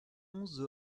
onze